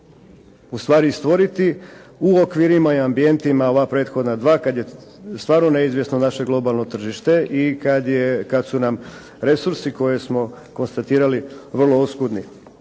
ustvari stvoriti u okvirima i ambijentima ova prethodna dva kada je stvarno neizvjesno naše globalno tržište i kada su nam resursi koje smo konstatirali vrlo oskudni.